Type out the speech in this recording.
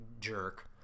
jerk